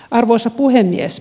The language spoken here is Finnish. arvoisa puhemies